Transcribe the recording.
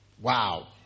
Wow